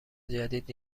جدید